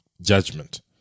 judgment